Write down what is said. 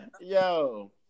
Yo